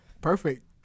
Perfect